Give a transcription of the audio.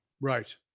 Right